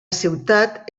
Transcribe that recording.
ciutat